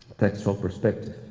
textual perspective.